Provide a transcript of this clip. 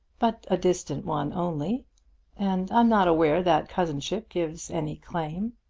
but a distant one only and i'm not aware that cousinship gives any claim.